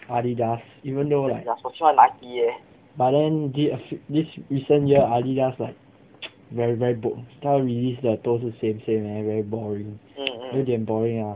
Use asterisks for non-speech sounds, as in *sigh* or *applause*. Adidas even though like but then thi~this recent year Adidas like *noise* very very bored 他 release 的都是 same same eh very boring ah